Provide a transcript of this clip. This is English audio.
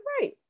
right